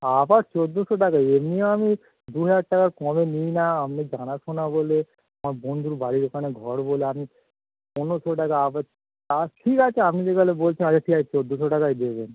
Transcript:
আবার চোদ্দোশো টাকা এমনি আমি দু হাজার টাকা কমে নিই না আপনি জানাশোনা বলে আমার বন্ধুর বাড়ির ওখানে ঘর বলে আমি পনেরোশো টাকা আবা ঠিক আছে আপনি যে তাহলে বলছেন আচ্ছা ঠিক আছে চোদ্দোশো টাকাই দেবেন